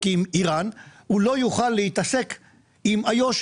עם אירן אבל הוא לא יוכל להתעסק עם איו"ש.